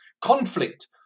conflict